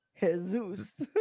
Jesus